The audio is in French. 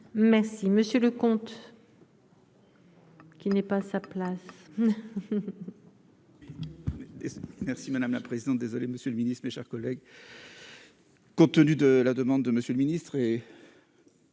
Merci monsieur le comte. Qui n'est pas à sa place.